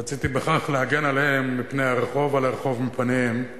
רציתי בכך להגן עליהם מפני הרחוב ועל הרחוב מפניהם.